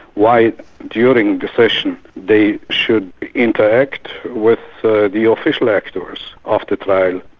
why during the session they should interact with the the official actors of the trial.